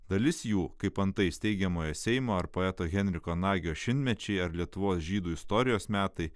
dalis jų kaip antai steigiamojo seimo ar poeto henriko nagio šimtmečiai ar lietuvos žydų istorijos metai